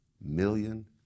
million